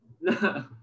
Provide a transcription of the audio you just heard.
no